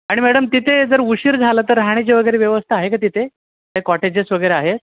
आणि मॅडम तिथे जर उशीर झाला तर राहाण्याची वगैरे व्यवस्था आहे का तिथे काय कॉटेजेस वगैरे आहेत